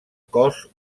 cos